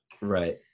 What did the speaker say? Right